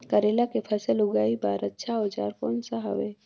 करेला के फसल उगाई बार अच्छा औजार कोन सा हवे?